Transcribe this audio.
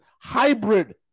hybrid